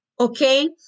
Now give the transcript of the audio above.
okay